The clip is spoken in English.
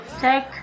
take